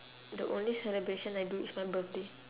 the only celebration I do is my birthday